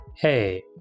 Hey